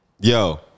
Yo